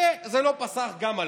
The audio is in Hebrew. וזה לא פסח גם עלינו.